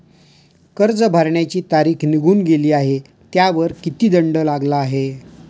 कर्ज भरण्याची तारीख निघून गेली आहे त्यावर किती दंड लागला आहे?